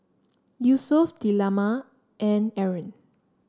Yusuf Delima and Aaron